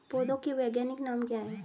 पौधों के वैज्ञानिक नाम क्या हैं?